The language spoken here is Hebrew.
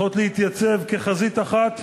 צריכות להתייצב כחזית אחת